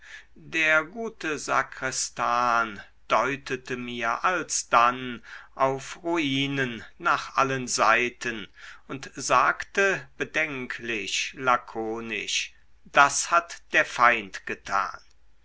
der gute sakristan deutete mir alsdann auf ruinen nach allen seiten und sagte bedenklich lakonisch das hat der feind getan